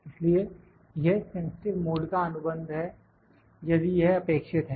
इसलिए यह sensitive mode का अनुबंध है यदि यह अपेक्षित है